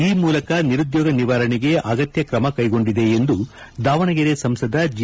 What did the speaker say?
ಈ ಮೂಲಕ ನಿರುದ್ಯೋಗ ನಿವಾರಣೆಗೆ ಅಗತ್ನ ಕ್ರಮ ಕ್ಷೆಗೊಂಡಿದೆ ಎಂದು ದಾವಣಗೆರೆ ಸಂಸದ ಜಿ